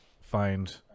find